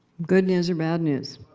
good news or bad news?